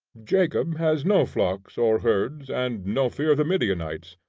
jacob has no flocks or herds and no fear of the midianites,